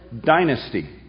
dynasty